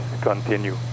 continue